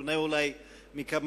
אולי בכך